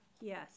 yes